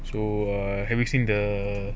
so ah have you seen the